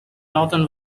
northern